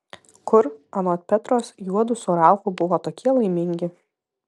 kur anot petros juodu su ralfu buvo tokie laimingi